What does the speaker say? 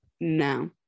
No